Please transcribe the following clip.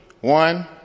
One